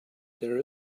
there